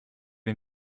den